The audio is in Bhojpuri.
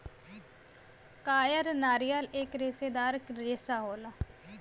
कायर नारियल एक रेसेदार रेसा होला